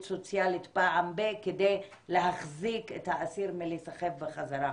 סוציאלית פעם ב- כדי להחזיק את האסירים מלהיסחף בחזרה.